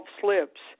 slips